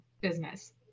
business